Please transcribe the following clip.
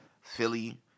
Philly